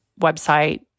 website